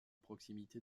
proximité